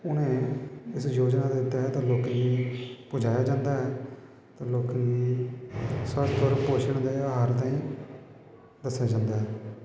उ'नें इस योजना दे तैह्त लोकें गी पजाया जंदा ऐ ते लोकें गी स्वास्थ होर पोशन ताईं दस्सेआ जंदा ऐ